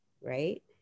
right